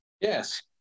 Yes